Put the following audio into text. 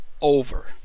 over